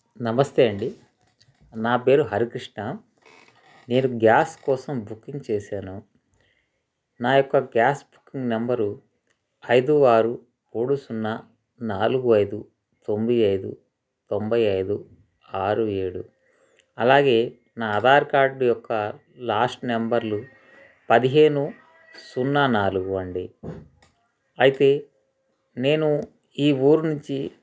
నమస్తే అండి నా పేరు హరికృష్ణ నేను గ్యాస్ కోసం బుకింగ్ చేశాను నా యొక్క గ్యాస్ బుకింగ్ నెంబరు ఐదు ఆరు మూడు సున్నా నాలుగు ఐదు తొమ్మిది ఐదు తొంభై ఐదు ఆరు ఏడు అలాగే నా ఆధార్ కార్డు యొక్క లాస్ట్ నెంబర్లు పదిహేను సున్నా నాలుగు అండి అయితే నేను ఈ ఊరి నుంచి